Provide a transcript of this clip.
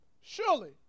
Surely